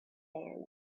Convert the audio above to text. hand